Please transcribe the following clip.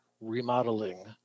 remodeling